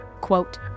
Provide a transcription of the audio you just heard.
quote